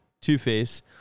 Two-Face